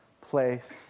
place